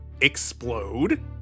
explode